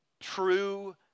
True